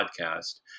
podcast